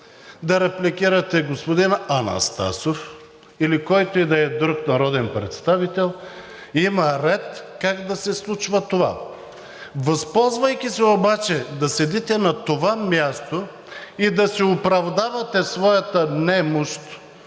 да репликирате господин Анастасов или когото и да е друг народен представител, има ред как да се случва това. Възползвайки се обаче да седите на това място и да си оправдавате своята немощ